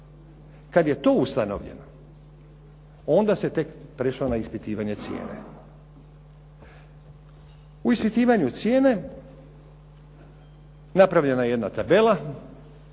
Kad je to ustanovljeno onda se tek prešlo na preispitivanje cijene. U ispitivanju cijene napravljena je jedna tabela,